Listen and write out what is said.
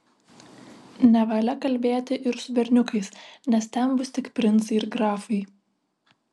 nevalia kalbėti ir su berniukais nes ten bus tik princai ir grafai